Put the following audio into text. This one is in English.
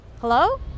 Hello